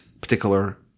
particular